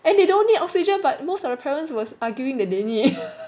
and they don't need oxygen but most of the parents was arguing that they need